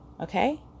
Okay